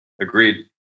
agreed